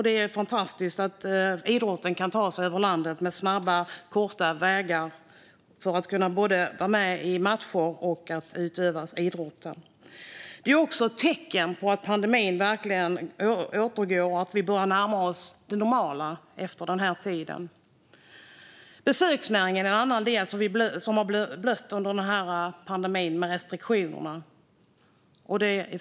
Det är fantastiskt att idrottare kan ta sig över landet med snabba och korta vägar för att kunna vara med i matcher och utöva idrott. Det är också ett tecken på att pandemin verkligen är på väg nedåt och att vi börjar närma oss det normala efter den här tiden. Besöksnäringen är en annan del som har blött under pandemin med restriktionerna.